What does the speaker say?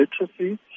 literacy